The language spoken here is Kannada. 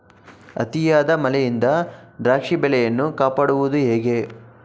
ಅತಿಯಾದ ಮಳೆಯಿಂದ ದ್ರಾಕ್ಷಿ ಬೆಳೆಯನ್ನು ಕಾಪಾಡುವುದು ಹೇಗೆ?